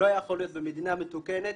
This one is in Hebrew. במדינה מתוקנת